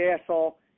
asshole